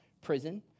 prison